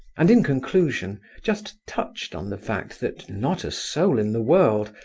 and, in conclusion, just touched on the fact that not a soul in the world,